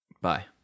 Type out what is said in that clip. Bye